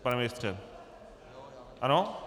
Pane ministře, ano?